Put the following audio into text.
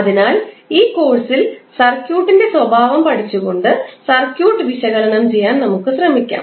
അതിനാൽ ഈ കോഴ്സിൽ സർക്യൂട്ടിന്റെ സ്വഭാവം പഠിച്ചുകൊണ്ട് സർക്യൂട്ട് വിശകലനം ചെയ്യാൻ നമുക്ക് ശ്രമിക്കാം